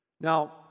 Now